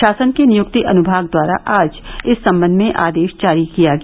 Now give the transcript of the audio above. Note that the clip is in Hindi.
शासन के नियुक्ति अनुभाग द्वारा आज इस संबंध में आदेश जारी किया गया